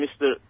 Mr